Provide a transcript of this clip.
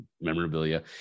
memorabilia